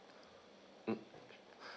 mm